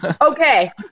Okay